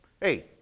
hey